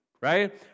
right